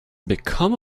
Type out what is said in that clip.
become